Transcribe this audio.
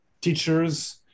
teachers